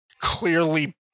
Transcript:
clearly